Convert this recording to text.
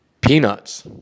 peanuts